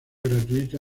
gratuita